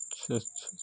اچھا اچھا